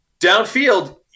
Downfield